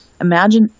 Imagine